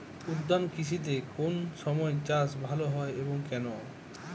উদ্যান কৃষিতে কোন সময় চাষ ভালো হয় এবং কেনো?